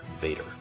Vader